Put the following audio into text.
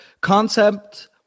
concept